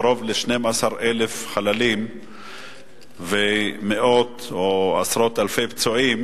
של קרוב ל-12,000 אנשים ומאות או עשרות אלפי פצועים,